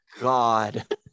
God